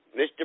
Mr